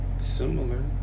Similar